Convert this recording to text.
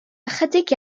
ychydig